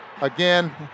again